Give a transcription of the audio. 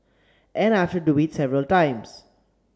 and I have had to do it several times